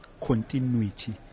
continuity